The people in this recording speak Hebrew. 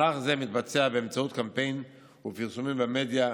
מהלך זה מתבצע באמצעות קמפיין ופרסומים במדיה,